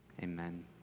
amen